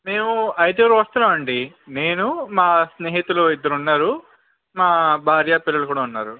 మేము అయిదుగురుం వస్తున్నాము అండి నేను మా స్నేహితులు ఇద్దరు ఉన్నారు నా భార్య పిల్లలు కూడా ఉన్నారు